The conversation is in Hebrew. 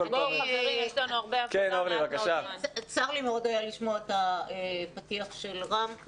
צר לי מאוד היה לשמוע את הפתיח של רם.